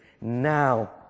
now